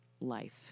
life